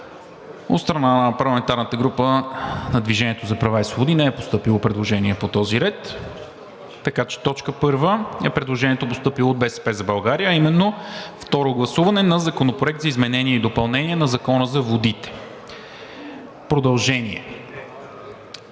От страна на парламентарната група на „Движение за права и свободи“ не е постъпило предложение по този ред, така че т. 1 е предложението, постъпило от „БСП за България“, а именно: „1. Второ гласуване на Законопроект за изменение и допълнение на Закона за водите – продължение.